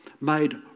made